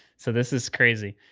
so this is crazy,